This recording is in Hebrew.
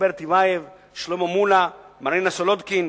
רוברט טיבייב, שלמה מולה, מרינה סולודקין,